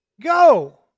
go